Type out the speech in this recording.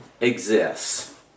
exists